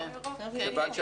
יש